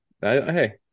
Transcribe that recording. Hey